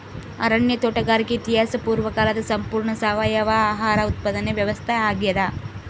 ಅರಣ್ಯ ತೋಟಗಾರಿಕೆ ಇತಿಹಾಸ ಪೂರ್ವಕಾಲದ ಸಂಪೂರ್ಣ ಸಾವಯವ ಆಹಾರ ಉತ್ಪಾದನೆ ವ್ಯವಸ್ಥಾ ಆಗ್ಯಾದ